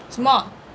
什么